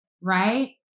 right